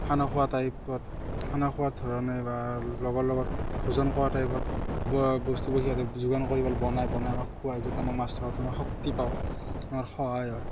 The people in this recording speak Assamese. খানা খোৱা টাইপত খানা খোৱাৰ ধৰণে বা লগৰ লগত ভোজন কৰা টাইপত ব বস্তুবোৰ সিহঁতে যোগান কৰি বনাই বনাই আমাক খোৱাই য'ত আমাৰ মাছ ধৰাটো আমাক শক্তি পাওঁ আমাৰ সহায় হয়